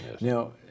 Now